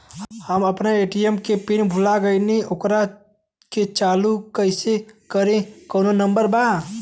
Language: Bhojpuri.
हम अपना ए.टी.एम के पिन भूला गईली ओकरा के चालू कइसे करी कौनो नंबर बा?